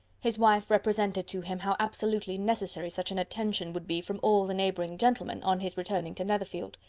his wife represented to him how absolutely necessary such an attention would be from all the neighbouring gentlemen, on his returning to netherfield.